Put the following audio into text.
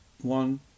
one